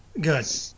Good